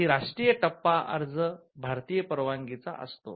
हा राष्ट्रीय टप्पा अर्ज भारतीय परवानगीचा असतो